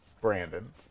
Brandon